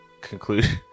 conclusion